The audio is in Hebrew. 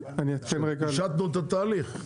פישטנו את התהליך.